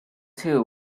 too